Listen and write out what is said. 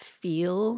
feel